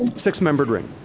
six-membered ring.